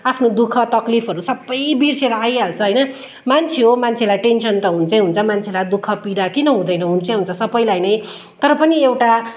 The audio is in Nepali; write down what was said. आफ्नो दुखः तखलिफहरू सबै बिर्सिएर आइहाल्छ होइन मान्छे हो मान्छेलाई टेन्सन त हुन्छै हुन्छ मान्छेलाई दुखः पीडा किन हुँदैन हुन्छै हुन्छ सबैलाई नै तर पनि एउटा